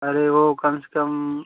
अरे वह कम से कम